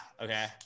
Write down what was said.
okay